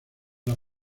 las